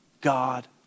God